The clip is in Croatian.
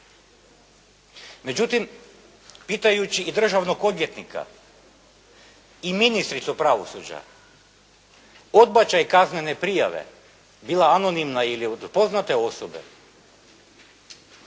Međutim, pitajući i državnog odvjetnika i ministricu pravosuđa, odbačaj kaznene prijave, bila anonimna ili od poznate osobe